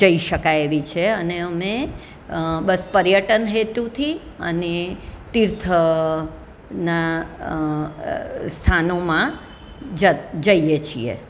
જઈ શકાય એવી છે અને અમે બસ પર્યટન હેતુથી અને તીર્થના સ્થાનોમાં જ જઈએ છીએ